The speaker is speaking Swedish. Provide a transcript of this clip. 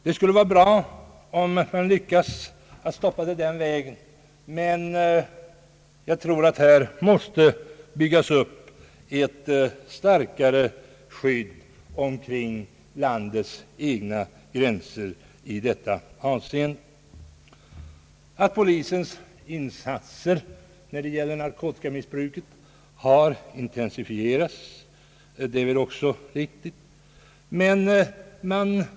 Det skulle vara bra om man den vägen lyckades stoppa narkotikamissbruket, men jag tror att det måste byggas upp ett mycket starkare skydd omkring landets egna gränser i detta avseende. Att polisens insatser när det gäller narkotikamissbruket har intensifierats är väl också riktigt.